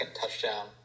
touchdown